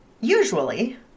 usually